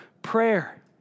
prayer